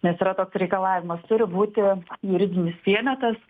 nes yra toks reikalavimas turi būti juridinis vienetas